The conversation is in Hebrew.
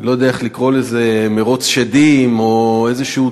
לא יודע איך לקרוא לזה, מירוץ שדים או איזשהו